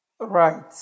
Right